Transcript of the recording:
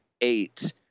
eight